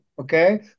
okay